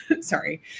sorry